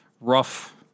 rough